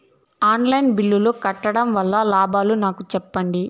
On line బిల్లుల ను కట్టడం వల్ల లాభాలు నాకు సెప్పండి?